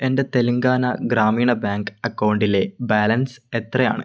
എൻ്റെ തെലങ്കാന ഗ്രാമീണ ബാങ്ക് അക്കൗണ്ടിലെ ബാലൻസ് എത്രയാണ്